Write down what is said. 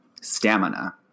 stamina